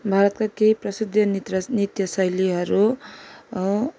भारतका केही प्रसिद्ध नितराज नृत्य शैलीहरू